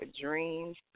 dreams